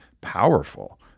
powerful